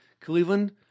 Cleveland